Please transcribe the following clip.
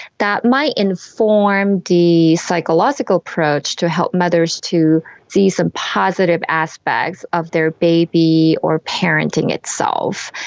that might inform the psychological approach to help mothers to see some positive aspects of their baby or parenting itself.